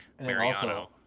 mariano